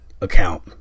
account